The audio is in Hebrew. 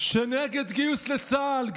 שהן נגד גיוס לצה"ל.